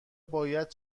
باید